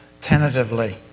tentatively